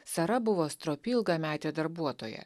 sara buvo stropi ilgametė darbuotoja